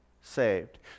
saved